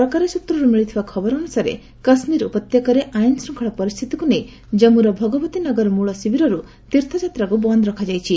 ସରକାରୀ ସ୍ନତ୍ରରୁ ମିଳିଥିବା ଖବର ଅନୁସାରେ କାଶ୍ମୀର ଉପତ୍ୟକାରେ ଆଇନ ଶୃଙ୍ଖଳା ପରିସ୍ଥିତିକୁ ନେଇ କମ୍ମୁର ଭଗବତୀ ନଗର ମୂଳଶିବିରରୁ ତୀର୍ଥଯାତ୍ରାକୁ ବନ୍ଦ୍ ରଖାଯାଇଛି